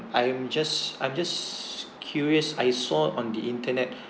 I'm just I'm just curious I saw on the internet